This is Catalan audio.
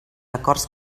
acords